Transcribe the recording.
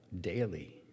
daily